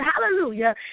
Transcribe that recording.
hallelujah